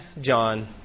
John